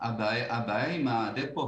הבעיה עם ה-דפו,